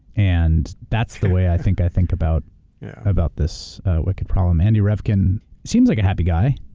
and that's the way i think i think about about this wicked problem. andy revkin seems like a happy guy.